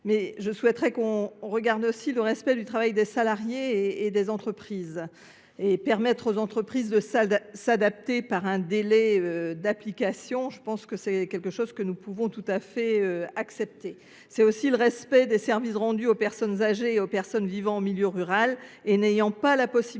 Mais je souhaiterais qu'on regarde aussi le respect du travail des salariés et des entreprises. Et permettre aux entreprises de s'adapter par un délai d'application, je pense que c'est quelque chose que nous pouvons tout à fait accepter. C'est aussi le respect des services rendus aux personnes âgées et aux personnes vivant au milieu rural et n'ayant pas la possibilité